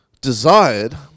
desired